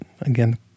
again